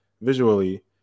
visually